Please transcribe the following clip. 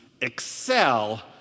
excel